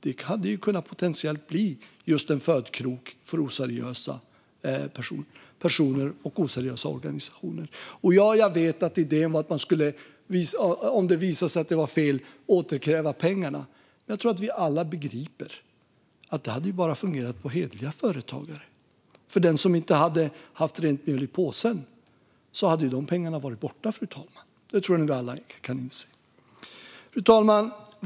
Det hade kunnat bli just en potentiell födkrok för oseriösa personer och oseriösa organisationer. Ja, jag vet att idén var att man om det visade sig vara fel skulle återkräva pengarna. Men jag tror att vi alla begriper att det bara hade fungerat på hederliga företagare. För den som inte hade rent mjöl i påsen hade de pengarna varit borta, fru talman. Det tror jag att vi alla kan se. Fru talman!